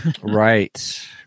Right